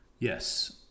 Yes